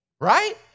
Right